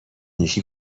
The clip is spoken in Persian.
یکی